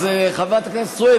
אז חברת הכנסת סויד,